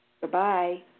Goodbye